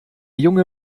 junge